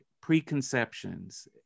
preconceptions